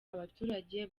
abaturage